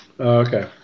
Okay